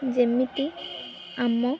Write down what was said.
ଯେମିତି ଆମ